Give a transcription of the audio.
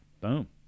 Boom